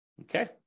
Okay